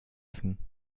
öffnen